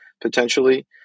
potentially